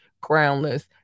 groundless